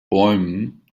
bäumen